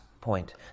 point